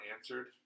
answered